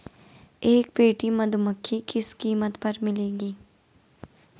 एक पेटी मधुमक्खी किस कीमत पर मिलेगी?